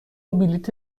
بلیط